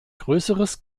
größeres